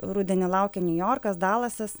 rudenį laukia niujorkas dalasas